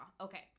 Okay